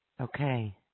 okay